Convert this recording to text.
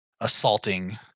assaulting